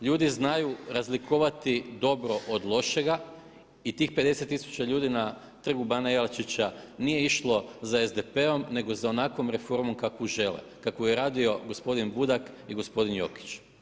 Ljudi znaju razlikovati dobro od lošega i tih 50 tisuća ljudi na Trgu bana Jelačića nije išlo za SDP-om nego za onakvom reformom kakvu žele, kakvu je radio gospodin Budak i gospodin Jokić.